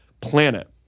planet